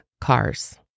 cars